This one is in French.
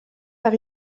par